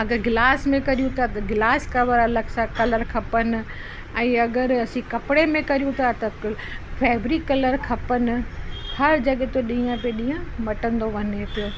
अगरि ग्लास में कयूं था त ग्लास कवर अलॻि सां कलर खपनि ऐं अगरि असां कपिड़े में कयूं था त क फैब्रिक कलर खपनि हर जॻह ते ॾींहं पियो ॾींहुं मटंदो वञे पियो